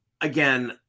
Again